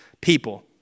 people